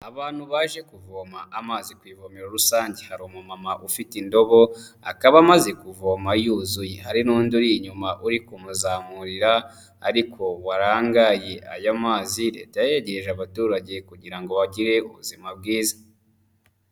Abantu baje kuvoma amazi ku ivomero rusange. Hari umumama ufite indobo, akaba amaze kuvoma yuzuye. Hari n'undi uri inyuma uri kumuzamurira, ariko warangaye. Aya mazi Leta yayegereje abaturage kugira ngo bagire ubuzima bwiza.